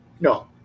no